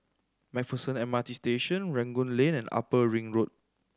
Macpherson M R T Station Rangoon Lane and Upper Ring Road